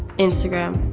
instagram.